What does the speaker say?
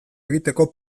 egiteko